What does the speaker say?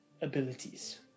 abilities